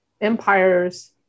empires